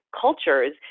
cultures